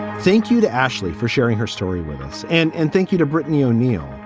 thank you to ashley for sharing her story with us. and and thank you to brittany o'neal.